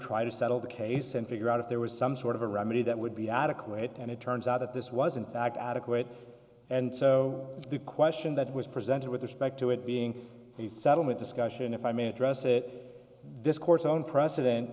try to settle the case and figure out if there was some sort of a remedy that would be adequate and it turns out that this was in fact adequate and so the question that was presented with respect to it being a settlement discussion if i may address it this court's own precedent